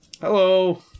Hello